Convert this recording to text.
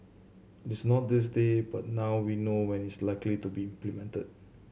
it is not this day but now we know when it's likely to be implemented